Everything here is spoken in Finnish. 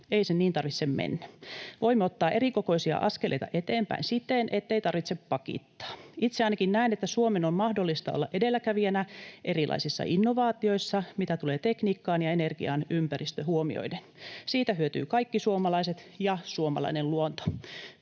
Ei sen niin tarvitse mennä. Voimme ottaa erikokoisia askeleita eteenpäin siten, ettei tarvitse pakittaa. Itse ainakin näen, että Suomen on mahdollista olla edelläkävijänä erilaisissa innovaatioissa, mitä tulee tekniikkaan ja energiaan ympäristö huomioiden. Siitä hyötyvät kaikki suomalaiset ja suomalainen luonto.